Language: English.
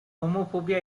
homophobia